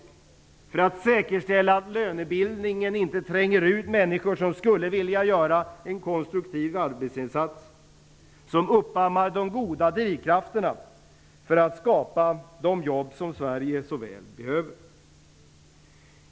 Det är ett program för att säkerställa att lönebildningen inte tränger ut människor som skulle vilja göra en konstruktiv arbetsinsats och som uppammar de goda drivkrafterna för att skapa de jobb som Sverige så väl behöver.